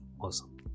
awesome